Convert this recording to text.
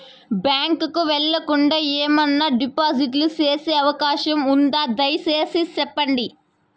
Bank కు వెళ్లకుండా, ఏమన్నా డిపాజిట్లు సేసే అవకాశం ఉందా, దయసేసి సెప్పండి?